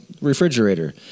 refrigerator